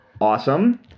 awesome